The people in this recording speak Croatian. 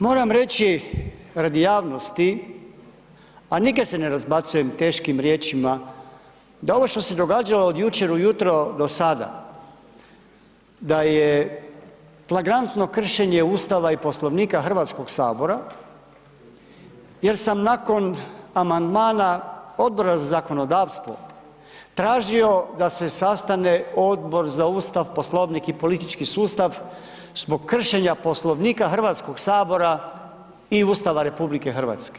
Moram reći radi javnosti, a nikad se ne razbacujem teškim riječima, da ovo što se događalo od jučer ujutro do sada, da je flagrantno kršenje Ustava i Poslovnika HS-a jer sam nakon amandmana Odbora za zakonodavstvo tražio da se sastane Odbor za Ustav, Poslovnik i politički sustav zbog kršenja Poslovnika HS-a i Ustava RH.